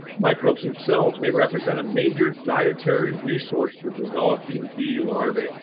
microbes themselves may represent a major dietary resource for developing bee larvae.